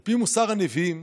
על פי מוסר הנביאים,